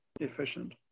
efficient